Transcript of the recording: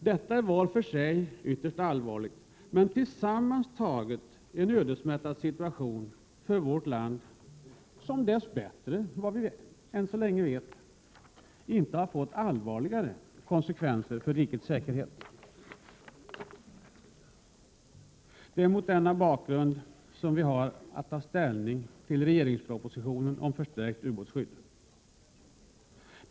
Detta är var för sig ytterst allvarligt men tillsammantaget en ödesmättad situation för vårt land som dess bättre, vad vi vet, inte än fått allvarligare Det är mot denna bakgrund som vi har att ta ställning till regeringspropositionen om förstärkning av ubåtsskyddet.